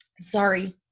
Sorry